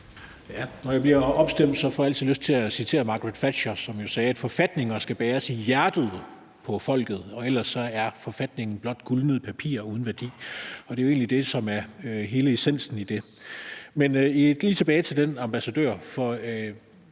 Når jeg bliver opstemt, får jeg altid lyst til at citere Margaret Thatcher, som jo sagde, at forfatninger skal bæres i hjertet på folket, for ellers er forfatningen blot gulnet papir uden værdi. Det er jo egentlig det, som er hele essensen i det. Men jeg vil vendte tilbage til det om den ambassadør.